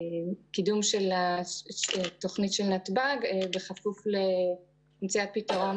הקידום של התוכנית של נתב"ג בכפוף למציאת פתרון